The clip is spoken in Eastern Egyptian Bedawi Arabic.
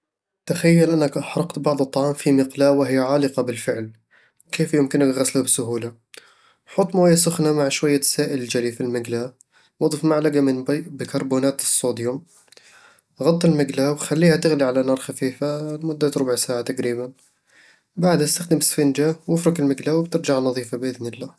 تخيل أنك أحرقت بعض الطعام في مقلاة وهي عالقة بالفعل. كيف يمكنك غسله بسهولة؟ حط موية سخنة مع شوية سائل الجلي في المقلاة وأضف ملعقة من بيكربونات الصوديوم غطي المقلاة وخليها تغلي على نار خفيفة لمدة ربع ساعة تقريبًا بعدها استخدم إسفنجة وفرك المقلاة وبترجع نظيفة بإذن الله